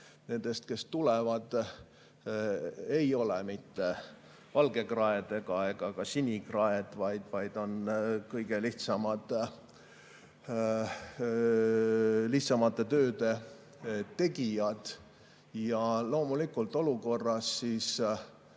nendest, kes tulevad, ei ole mitte valgekraed ega ka sinikraed, vaid on kõige lihtsamate tööde tegijad. Loomulikult, olukorras, kus